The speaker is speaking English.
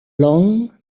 long